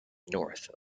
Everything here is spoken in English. north